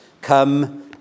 come